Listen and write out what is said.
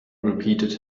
repeated